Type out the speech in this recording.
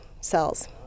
cells